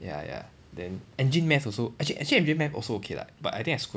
ya ya then engine math also actually actually engine math also okay lah but I think I screw up